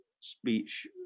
speech